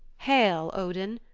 hail, odin,